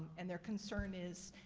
and they're concern is